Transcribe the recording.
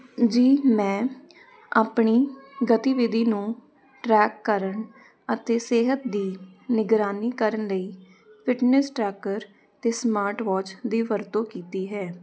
ਜੀ ਮੈਂ ਆਪਣੀ ਗਤੀਵਿਧੀ ਨੂੰ ਟਰੈਕ ਕਰਨ ਅਤੇ ਸਿਹਤ ਦੀ ਨਿਗਰਾਨੀ ਕਰਨ ਲਈ ਫਿਟਨੈਸ ਟਰੈਕਰ ਅਤੇ ਸਮਾਰਟਵਾਚ ਦੀ ਵਰਤੋਂ ਕੀਤੀ ਹੈ